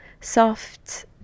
soft